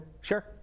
Sure